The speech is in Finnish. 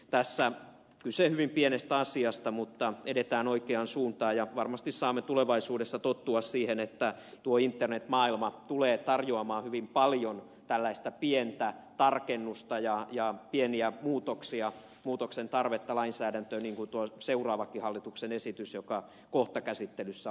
tässä on kyse hyvin pienestä asiasta mutta edetään oikeaan suuntaan ja varmasti saamme tulevaisuudessa tottua siihen että internetmaailma tulee vaatimaan hyvin paljon tällaista pientä tarkennusta ja pieniä muutoksia muutoksen tarvetta lainsäädäntöön niin kuin todistaa tuo seuraavakin hallituksen esitys joka on kohta käsittelyssä